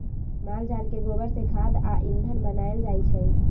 माल जाल के गोबर से खाद आ ईंधन बनायल जाइ छइ